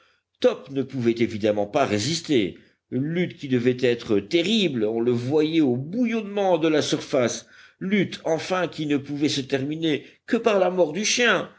top ne pouvait évidemment pas résister lutte qui devait être terrible on le voyait aux bouillonnements de la surface lutte enfin qui ne pouvait se terminer que par la mort du chien